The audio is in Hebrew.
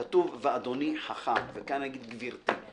כתוב: ואדוני חכם וכאן אני אגיד: גברתי.